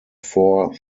four